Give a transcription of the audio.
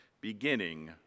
beginning